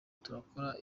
turakora